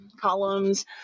columns